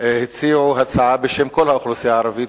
הציעו הצעה בשם כל האוכלוסייה הערבית,